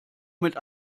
mit